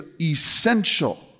essential